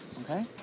Okay